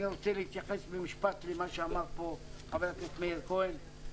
אני רוצה להתייחס במשפט למה שאמר פה חבר הכנסת מאיר כהן.